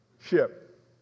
ship